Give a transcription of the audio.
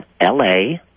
la